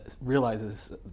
realizes